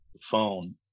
Phone